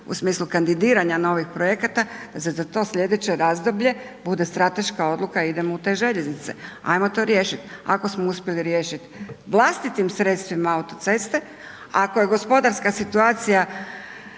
u smislu kandidiranja novih projekata da se za to sljedeće razdoblje bude strateška odluka idemo u te željeznice. Ajmo to riješiti. Ako smo uspjeli riješiti vlastitim sredstvima autoceste, ako je gospodarska situacija